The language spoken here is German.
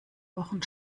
wochen